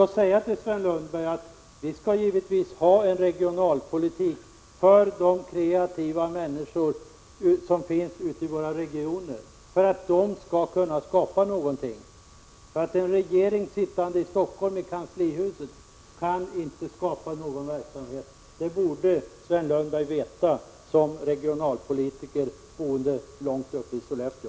Låt mig säga till Sven Lundberg att vi givetvis skall ha en regionalpolitik för de kreativa människor som finns ute i våra regioner, så att de skall kunna skapa någonting. En regering som sitter i kanslihuset i Stockholm kan inte skapa någon verksamhet, det borde Sven Lundberg veta som regionalpolitiker boende långt uppe i Sollefteå.